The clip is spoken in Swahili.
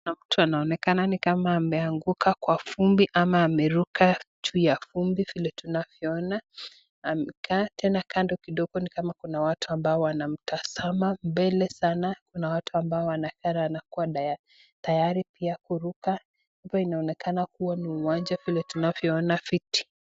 Kuna mtu anaonekana ni kama ameanguka kwa vumbi ama ameruka juu ya vumbi vile tunavyoona, amekaa tena kando kidogo ni kama kuna watu ambao wanamtazama, mbele sana kuna watu ambao wanakaa wako tayari pia kuruka, hapa inaonekana kuwa ni uwanja vile tunavyoona viti.